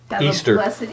Easter